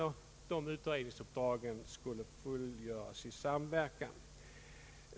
Dessa utredningsuppdrag skulle fullgöras i samverkan.